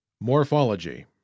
Morphology